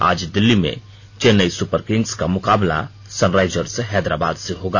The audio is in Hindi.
आज दिल्ली में चेन्नई सुपरकिंग्स का मुकाबला सनराइजर्स हैदराबाद से होगा